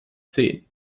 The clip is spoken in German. zehn